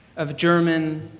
of german,